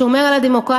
שומר על הדמוקרטיה,